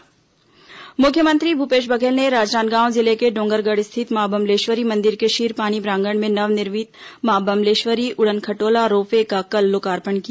ropeway लोकार्पण मुख्यमंत्री भूपेश बघेल ने राजनांदगांव जिले के डोंगरगढ़ स्थित मां बम्लेश्वरी मंदिर के क्षीरपानी प्रांगण में नवनिर्मित मां बम्लेश्वरी उड़नखटोला रोप वे का कल लोकार्पण किया